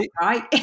right